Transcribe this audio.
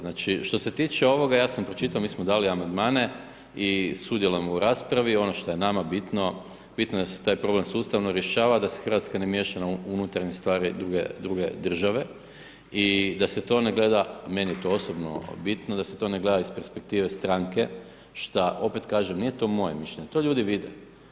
Znači, što se tiče ovoga, ja sam pročitao, mi smo dali amandmane i sudjelujemo u raspravi, ono što je nama bitno, bitno da se taj problem sustavno rješava, da se Hrvatska ne miješa u unutarnje stvari druge države i da se to ne gleda, meni je to osobno bitno, da se to ne gleda iz perspektive stranke, šta opet kažem, nije to moje mišljenje, to ljudi vide.